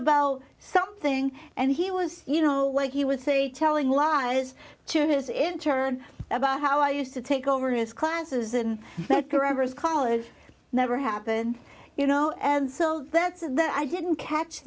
about something and he was you know like he would say telling lies to his in turn about how i used to take over his classes and that grabbers college never happened you know and so that's it then i didn't catch